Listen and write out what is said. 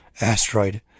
asteroid